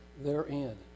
therein